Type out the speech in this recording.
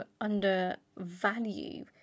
undervalue